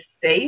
safe